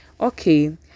okay